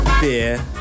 Beer